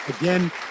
again